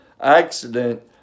accident